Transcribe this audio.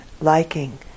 liking